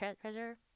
treasure